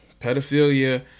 pedophilia